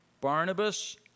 Barnabas